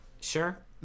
Sure